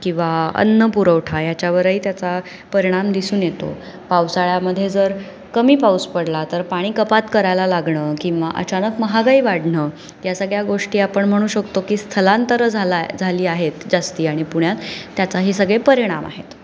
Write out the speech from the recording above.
किंवा अन्न पुरवठा याच्यावरही त्याचा परिणाम दिसून येतो पावसाळ्यामध्ये जर कमी पाऊस पडला तर पाणी कपात करायला लागणं किंवा अचानक महागाई वाढणं या सगळ्या गोष्टी आपण म्हणू शकतो की स्थलांतर झाला आहे झाली आहेत जास्त आणि पुण्यात त्याचा हे सगळे परिणाम आहेत